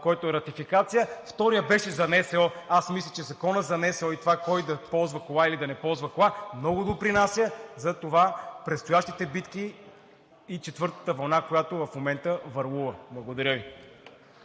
който е Ратификация, вторият беше за НСО. Мисля, че Законът за НСО и това кой да ползва кола, или да не ползва кола много допринася за това – предстоящите битки и четвъртата вълна, която в момента върлува. Благодаря Ви.